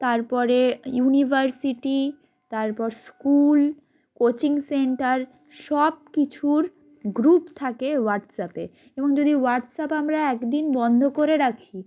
তারপরে ইউনিভার্সিটি তারপর school coaching centre সব কিছুর গ্রুপ থাকে হোয়াটস্যাপে এবং যদি হোয়াটসঅ্যাপ আমরা একদিন বন্ধ করে রাখি